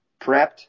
prepped